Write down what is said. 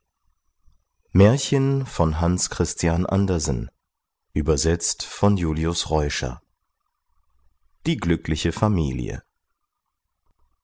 die glückliche familie